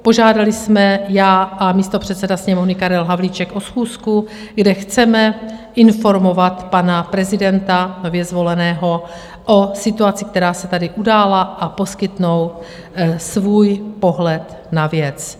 Požádali jsme, já a místopředseda Sněmovny Karel Havlíček, o schůzku, kde chceme informovat pana prezidenta nově zvoleného o situaci, která se tady udála, a poskytnout svůj pohled na věc.